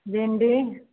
भिन्डी